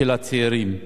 של הצעירים: